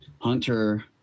Hunter